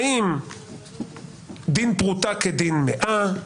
האם דין פרוטה כדין מאה?